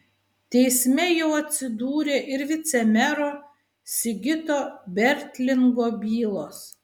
teisme jau atsidūrė ir vicemero sigito bertlingo bylos